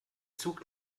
zug